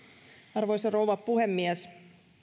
arvoisa rouva puhemies